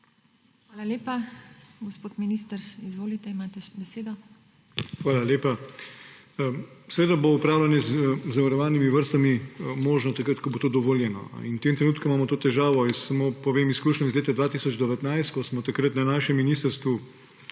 Hvala lepa. Gospod minister, izvolite, imate še besedo. DR. JOŽE PODGORŠEK: Hvala lepa. Seveda bo upravljanje z zavarovanimi vrstami možno takrat, ko bo to dovoljeno. In v tem trenutku imamo to težavo in samo povem iz izkušenj iz leta 2019, ko smo takrat na našem ministrstvu